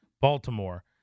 Baltimore